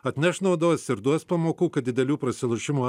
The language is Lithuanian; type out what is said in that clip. atneš naudos ir duos pamokų kad didelių prasilošimų